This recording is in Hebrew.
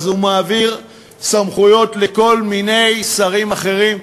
אז הוא מעביר סמכויות לכל מיני שרים אחרים.